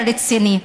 יותר רציני.